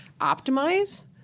optimize